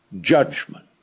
Judgment